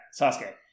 Sasuke